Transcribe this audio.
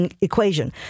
equation